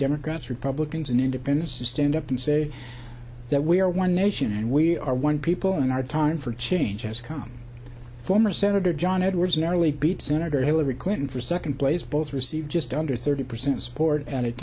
democrats republicans and independents to stand up and say that we are one nation and we are one people and our time for change has come former senator john edwards narrowly beat senator hillary clinton for second place both receive just under thirty percent support